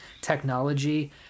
technology